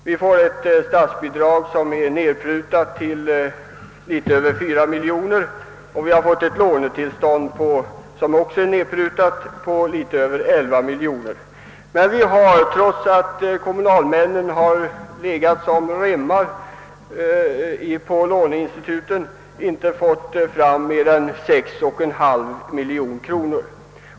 Till detta får vi ett nedprutat statsbidrag på något över 4 miljoner, och vi har fått tillstånd till ett lån, som också blivit nedprutat till något över 11 miljoner kronor. Trots att kommunalmännen legat i som remmar hos låneinstituten, har vi inte lyckats få fram mer än 6,5 miljoner kronor.